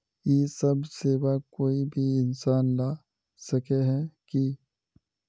इ सब सेवा कोई भी इंसान ला सके है की?